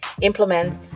implement